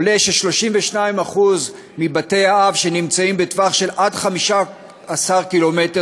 ל-32% מבתי-האב שנמצאים בטווח של עד 15 ק"מ